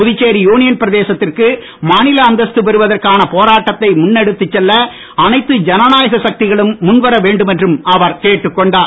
Puducherry union பிரதேசத்திற்கு மாநில அந்தஸ்து பெறுவதற்கான போராட்டத்தை முன்னெடுத்துச் செல்ல அனைத்து ஜனநாயக சக்திகளும் முன்வர வேண்டும் என்றும் அவர் கேட்டுக் கொண்டார்